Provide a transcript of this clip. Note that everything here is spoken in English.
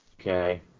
Okay